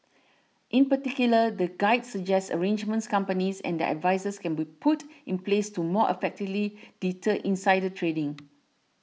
in particular the guide suggests arrangements companies and their advisers can put in place to more effectively deter insider trading